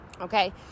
Okay